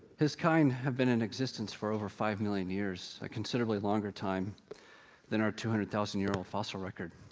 his kind has been in existence for over five million years, a considerably longer time than our two hundred thousand year old fossil record.